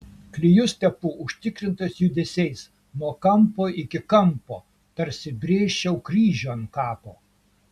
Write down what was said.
klijus tepu užtikrintais judesiais nuo kampo iki kampo tarsi brėžčiau kryžių ant kapo